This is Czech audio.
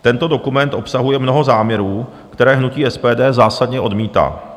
Tento dokument obsahuje mnoho záměrů, které hnutí SPD zásadně odmítá.